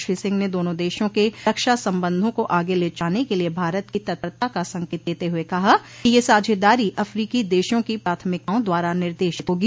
श्री सिंह ने दोनों देशों के रक्षा संबंधों को आगे ले जाने के लिए भारत की तत्परता का संकेत देते हुए कहा कि यह साझेदारी अफ्रीकी देशों की प्राथमिकताओं द्वारा निर्देशित होगी